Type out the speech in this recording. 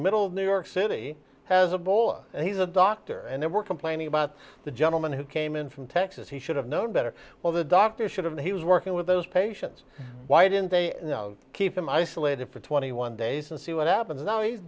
middle new york city has a bull and he's a doctor and they were complaining about the gentleman who came in from texas he should have known better well the doctor should have he was working with those patients why didn't they keep them isolated for twenty one days and see what happens now he's